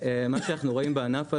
מה שאנחנו רואים בענף הזה,